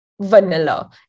vanilla